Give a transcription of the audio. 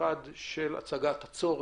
בהצגת הצורך.